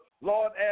Lord